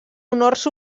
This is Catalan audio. honors